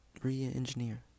Re-engineer